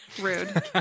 Rude